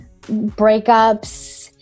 breakups